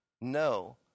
No